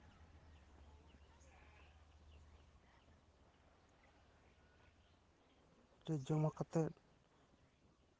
check ᱡᱚᱢᱟ ᱠᱟᱛᱮ